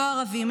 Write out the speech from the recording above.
לא ערבים,